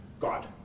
God